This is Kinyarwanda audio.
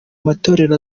matorero